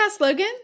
Logan